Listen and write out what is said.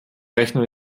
rechner